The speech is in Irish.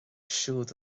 siúd